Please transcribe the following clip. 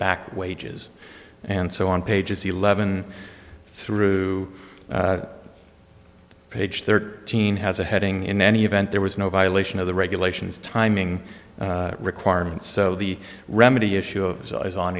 back wages and so on pages eleven through page thirteen has a heading in any event there was no violation of the regulations timing requirements so the remedy issue of is